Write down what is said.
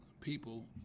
people